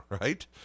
right